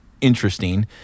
interesting